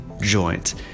joint